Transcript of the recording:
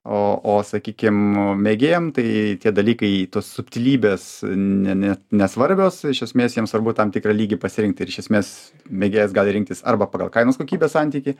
o o sakykim mėgėjam tai tie dalykai tos subtilybės ne net nesvarbios iš esmės jiems svarbu tam tikrą lygį pasirinkti ir iš esmės mėgėjas gali rinktis arba pagal kainos kokybės santykį